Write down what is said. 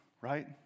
right